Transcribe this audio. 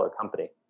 company